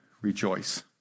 rejoice